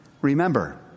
remember